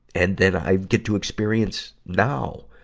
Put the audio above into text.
and then i get to experience, now,